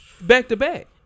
back-to-back